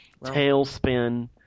Tailspin